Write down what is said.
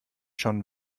schon